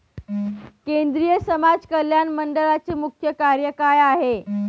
केंद्रिय समाज कल्याण मंडळाचे मुख्य कार्य काय आहे?